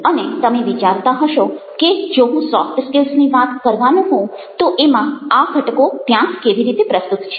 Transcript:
અને તમે વિચારતા હશો કે જો હું સોફ્ટ સ્કિલ્સની વાત કરવાનો હોઉં તો એમાં આ ઘટકો ત્યાં કેવી રીતે પ્રસ્તુત છે